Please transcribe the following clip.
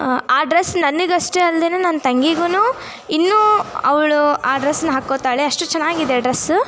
ಆ ಡ್ರೆಸ್ ನನಗಷ್ಟೇ ಅಲ್ದೇ ನನ್ನ ತಂಗಿಗೂ ಇನ್ನೂ ಅವಳು ಆ ಡ್ರೆಸ್ಸನ್ನ ಹಾಕುತ್ತಾಳೆ ಅಷ್ಟು ಚೆನ್ನಾಗಿದೆ ಆ ಡ್ರೆಸ್ಸು